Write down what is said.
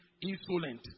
insolent